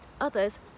others